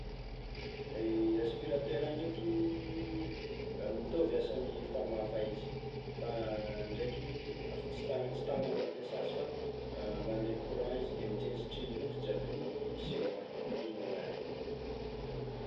Aspiratera ndraiky mitovy asan'ny famafa izy fa ndraiky afa tsy tagnana mampiasa azy fa mande courant izy de mitsentsitry loto jiaby amin'ny ciment igny ampidirigny agnatiny.